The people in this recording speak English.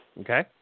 okay